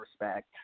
respect